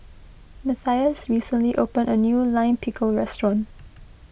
Matias recently opened a new Lime Pickle restaurant